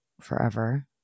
forever